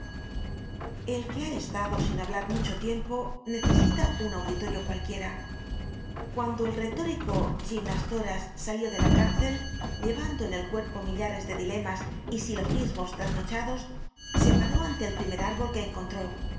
el que ha estado sin hablar mucho tiempo necesita un auditorio cualquiera cuando el retórico gymnastoras salió de la cárcel llevando en el cuerpo millares de dilemas y silogismos trasnochados se paró ante el primer árbol que encontró le